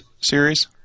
series